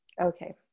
Okay